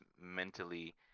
mentally